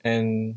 and